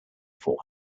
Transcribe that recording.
four